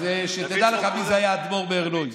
אז שתדע לך מי היה האדמו"ר מערלוי.